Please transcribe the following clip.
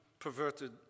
perverted